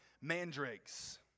mandrakes